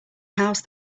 house